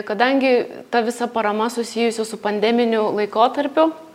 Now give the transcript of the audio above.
kadangi ta visa parama susijusi su pandeminiu laikotarpiu